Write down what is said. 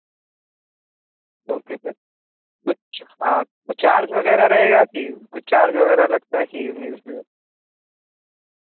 okay sir کچھ ہاں کچھ چارج وغیرہ رہے گا کہ کچھ چارج وغیرہ لگتا ہے کہ اس میں